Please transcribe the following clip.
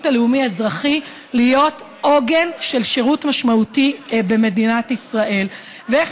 הלאומי-אזרחי להיות עוגן של שירות משמעותי במדינת ישראל ואיך